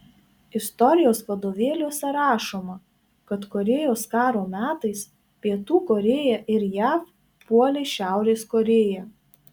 istorijos vadovėliuose rašoma kad korėjos karo metais pietų korėja ir jav puolė šiaurės korėją